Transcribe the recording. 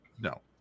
no